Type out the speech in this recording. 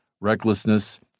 recklessness